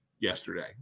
yesterday